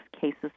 cases